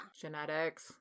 Genetics